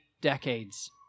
decades